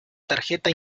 tarjeta